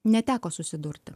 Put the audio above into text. neteko susidurti